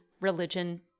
religion